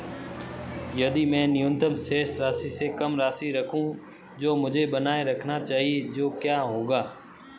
यदि मैं न्यूनतम शेष राशि से कम राशि रखूं जो मुझे बनाए रखना चाहिए तो क्या होगा?